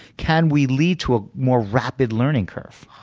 can we lead to a more rapid learning curve?